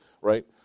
Right